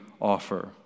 offer